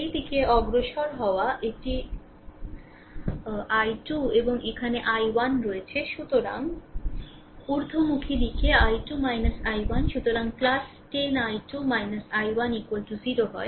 এই দিকে অগ্রসর হওয়া এটি i2 এবং এখানে i 1 রয়েছে সুতরাং ঊর্ধ্বমুখী দিকে i2 i1 সুতরাং 10 i2 i1 0 হয়